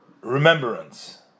remembrance